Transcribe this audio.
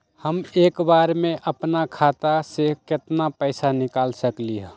हम एक बार में अपना खाता से केतना पैसा निकाल सकली ह?